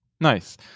Nice